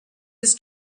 his